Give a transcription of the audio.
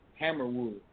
Hammerwood